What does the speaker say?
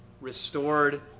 restored